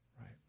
Right